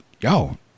yo